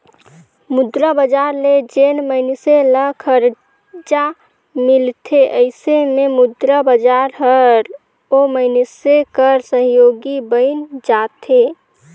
मुद्रा बजार ले जेन मइनसे ल खरजा मिलथे अइसे में मुद्रा बजार हर ओ मइनसे कर सहयोगी बइन जाथे